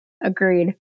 Agreed